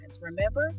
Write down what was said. remember